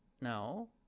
No